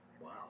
Wow